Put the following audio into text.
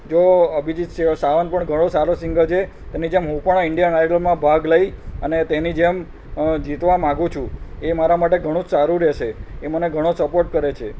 જો અભિજીત સાવંત પણ ઘણો સારો સિંગ છે તેની જેમ હું પણ ઇંડિયન આઇડલમાં ભાગ લઈ અને તેની જેમ જીતવા માંગુ છું એ મારાં માટે ઘણું જ સારું રહેશે એ મને ઘણો જ સપોર્ટ કરે છે